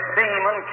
demon